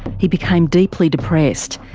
he became deeply depressed,